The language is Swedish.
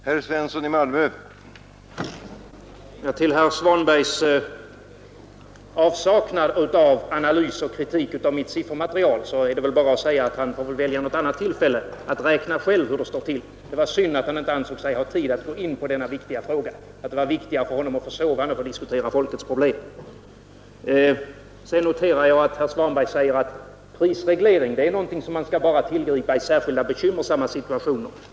Herr talman! Till herr Svanströms avsaknad av analys och kritik av mitt siffermaterial är bara att säga att han får välja något annat tillfälle att räkna själv. Det var synd att han inte ansåg sig ha tid att gå in på denna viktiga fråga och att det var viktigare för honom att få sova än att diskutera folkets problem. ” Sedan noterar jag att att herr Svanberg säger att prisreglering är någonting som man skall tillgripa bara i särskilt bekymmersamma situationer.